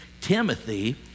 Timothy